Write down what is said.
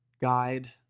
guide